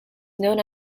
known